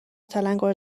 تلنگور